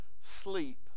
sleep